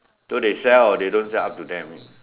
so they sell or they don't sell up to them